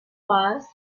was